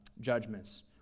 judgments